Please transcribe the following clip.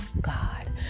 God